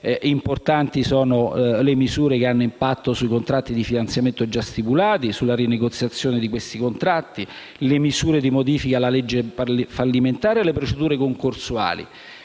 Importanti sono, ad esempio, le misure che hanno impatto sui contratti di finanziamento già stipulati e sulla rinegoziazione di questi contratti; le misure di modifica della legge fallimentare e le procedure concorsuali,